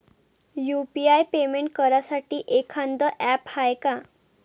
UPI payment करासाठी एखांद app हाय का?